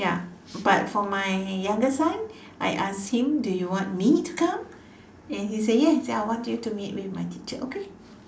ya but for my younger son I asked him do you want me to come and he said yes I want you to meet with my teacher okay